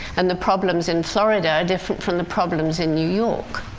and the problems in florida are different from the problems in new york.